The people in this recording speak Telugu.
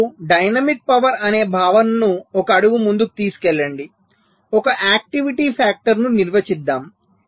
ఇప్పుడు డైనమిక్ పవర్ అనే భావనను ఒక అడుగు ముందుకు తీసుకెళ్లండి ఒక ఆక్టివిటీ ఫాక్టర్ ను నిర్వచిద్దాము